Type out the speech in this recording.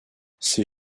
ces